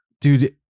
Dude